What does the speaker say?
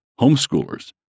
homeschoolers